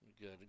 good